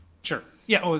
sure, yeah,